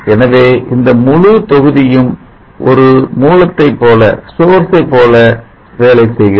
எனவே இந்த முழு தொகுதியும் ஒரு மூலத்தைப் போல வேலை செய்கிறது